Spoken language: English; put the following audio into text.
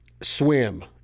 swim